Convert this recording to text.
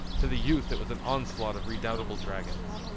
to the youth it was an onslaught of redoubtable dragons.